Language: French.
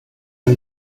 une